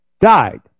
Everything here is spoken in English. died